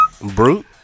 Brute